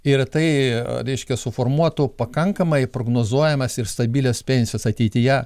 ir tai reiškia suformuotų pakankamai prognozuojamas ir stabilias pensijas ateityje